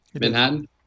Manhattan